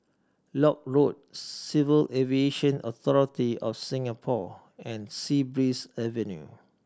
Lock Road Civil Aviation Authority of Singapore and Sea Breeze Avenue